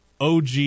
OG